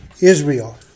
Israel